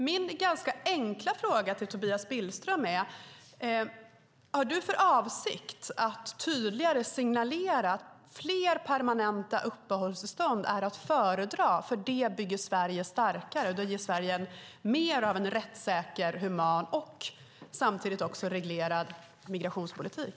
Min ganska enkla fråga till Tobias Billström är: Har du för avsikt att tydligare signalera att fler permanenta uppehållstillstånd är att föredra, för det bygger Sverige starkare och ger Sverige mer av en rättssäker, human och samtidigt reglerad migrationspolitik.